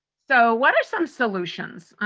so, what are some solutions?